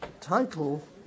title